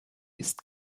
ist